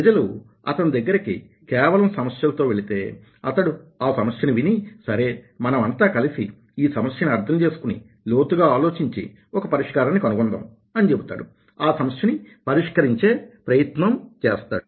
ప్రజలు అతని దగ్గరికి కేవలం సమస్యలతో వెళితే అతడు ఆ సమస్యని విని సరే మనమంతా కలిసి ఈసమస్యని అర్థం చేసుకుని లోతుగా ఆలోచించి ఒక పరిష్కారాన్ని కనుగొందాం అని చెబుతాడు ఆ సమస్యని పరిష్కరించే ప్రయత్నం చేస్తాడు